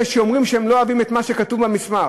אלה שאומרים שהם לא אוהבים את מה שכתוב במסמך.